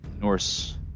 Norse